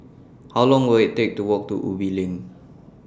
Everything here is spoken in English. How Long Will IT Take to Walk to Ubi LINK